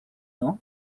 nom